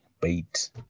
bait